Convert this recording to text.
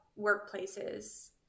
workplaces